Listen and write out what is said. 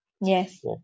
Yes